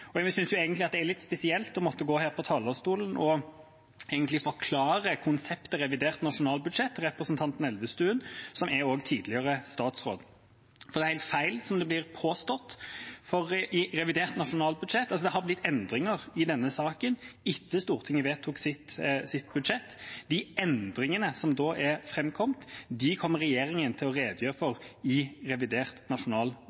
her og forklare konseptet revidert nasjonalbudsjett for representanten Elvestuen, som er tidligere statsråd. Det er helt feil, det som blir påstått. Det har blitt endringer i denne saken etter at Stortinget vedtok sitt budsjett. De endringene som er framkommet, kommer regjeringa til å redegjøre for